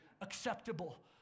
acceptable